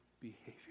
behavior